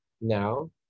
now